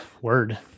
Word